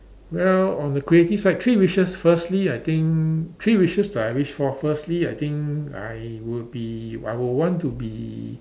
well on the creative side three wishes firstly I think three wishes that I wish for firstly I think I would be I would want to be